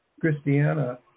Christiana